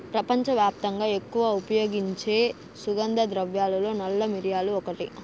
ప్రపంచవ్యాప్తంగా ఎక్కువగా ఉపయోగించే సుగంధ ద్రవ్యాలలో నల్ల మిరియాలు ఒకటి